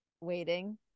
waiting